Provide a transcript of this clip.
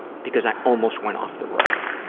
because i almost went off the road.